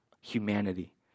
humanity